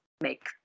make